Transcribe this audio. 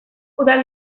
udal